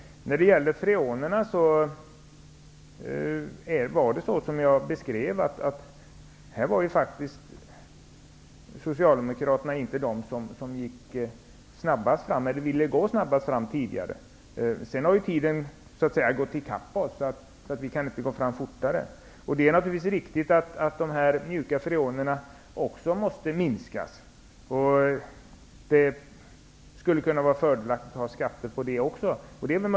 När det gäller freonerna förhåller det sig så som jag beskrivit. Socialdemokraterna var tidigare faktiskt inte de som ville gå snabbast fram. Men sedan har tiden så att säga hunnit ifatt oss. Vi kan alltså inte gå fortare fram. Det är naturligtvis riktigt att också användningen av de mjuka freonerna måste minska. Det skulle kunna vara fördelaktigt med skatter också i det avseendet.